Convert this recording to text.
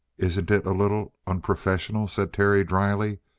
isn't it a little unprofessional, said terry dryly,